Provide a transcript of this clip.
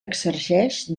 exerceix